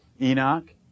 Enoch